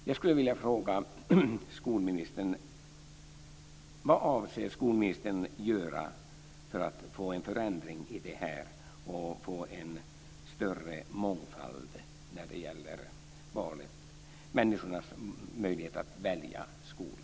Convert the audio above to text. Jag skulle vilja fråga skolministern vad skolministern avser att göra för att få en förändring av detta och få en större mångfald när det gäller människors möjlighet att välja skola.